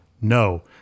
No